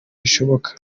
bishoboka